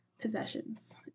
possessions